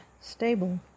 stable